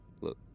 look